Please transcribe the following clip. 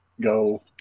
go